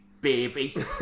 baby